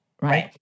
Right